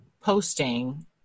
posting